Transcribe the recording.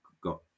got